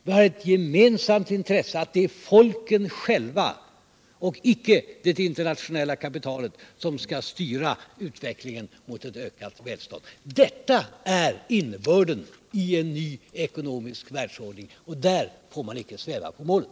Vi har ett gemensamt intresse att hävda att det är folket och icke det internationella kapitalet som skall styra utvecklingen mot ett ökat välstånd. Detta är innebörden av en ny ekonomisk världsordning, och där får man icke sväva på målet.